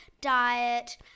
diet